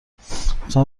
رفتم